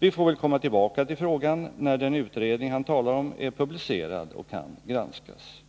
Vi får väl komma tillbaka till frågan när den utredning han talar om är publicerad och kan granskas.